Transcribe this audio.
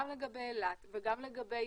גם לגבי אילת וגם לגבי